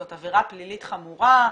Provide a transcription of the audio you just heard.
זאת עבירה פלילית חמורה וכולי.